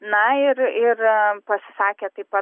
na ir ir pasisakė taip pat